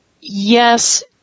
yes